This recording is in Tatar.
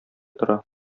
тора